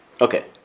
Okay